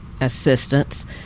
assistance